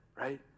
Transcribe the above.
right